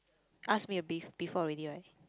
ask me b~ before already right